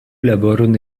laboron